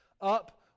up